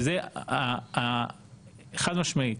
זה חד משמעית.